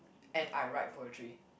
and I write poetry